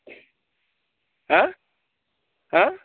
हा हा